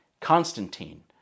Constantine